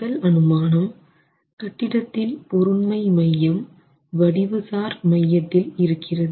முதல் அனுமானம் கட்டிடத்தின் பொருண்மை மையம் வடிவு சார் மையத்தில் இருக்கிறது